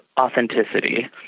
authenticity